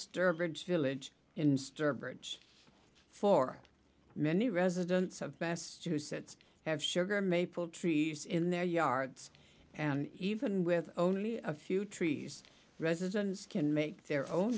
sturbridge village in sturbridge for many residents of best juice that have sugar maple trees in their yards and even with only a few trees residents can make their own